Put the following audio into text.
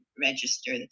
register